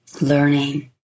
learning